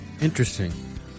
Interesting